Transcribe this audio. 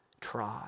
try